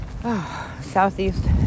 Southeast